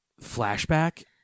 flashback